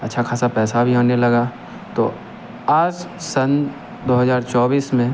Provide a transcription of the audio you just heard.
अच्छा खासा पैसा भी आने लगा तो आज सन दो हजार चौबीस में